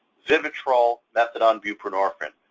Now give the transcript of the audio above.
vivitrol, methadone, buprenorphine,